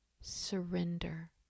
surrender